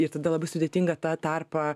ir tada labai sudėtinga tą tarpą